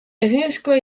ezinezkoa